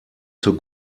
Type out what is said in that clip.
zur